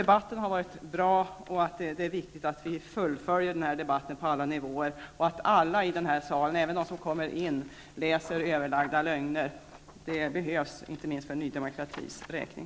Debatten har varit bra, och det är viktigt att vi fullföljer debatten på alla nivåer. Alla i den här salen bör läsa Överlagda lögner. Det behövs, inte minst för Ny Demokratis räkning.